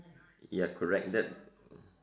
ya correct that